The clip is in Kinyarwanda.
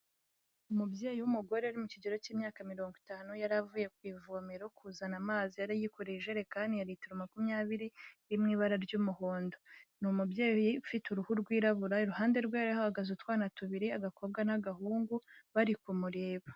Umubyeyi w'umugore uri mu kigero cy'imyaka mirongo itanu, yari avuye ku ivomero kuzana amazi, yari yikoreye ijerekani ya ritiro makumyabiri, iri mu ibara ry'umuhondo. Ni umubyeyi ufite uruhu rwirabura, iruhande rwe hari hahagaze utwana tubiri, agakobwa n'agahungu bari kumureba.